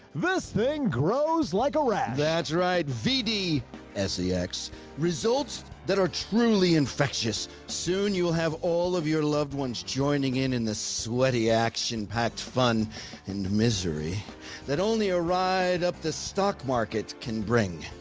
this thing grows like a rat. that's right. vd scx results that are truly infectious. soon you will have all of your loved ones joining in, in the sweaty action, packed fun and misery that only ah aride up the stock market can bring.